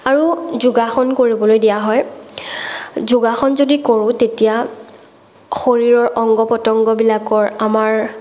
আৰু যোগাসন কৰিবলৈ দিয়া হয় যোগাসন যদি কৰোঁ তেতিয়া শৰীৰৰ অংগ পতংগবিলাকৰ আমাৰ